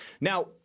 Now